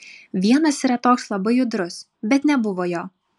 vienas yra toks labai judrus bet nebuvo jo